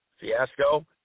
fiasco